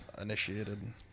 initiated